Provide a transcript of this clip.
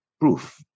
proof